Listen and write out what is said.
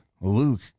Luke